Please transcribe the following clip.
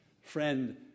Friend